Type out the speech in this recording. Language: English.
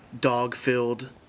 dog-filled